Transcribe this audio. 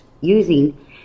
using